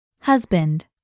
Husband